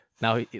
now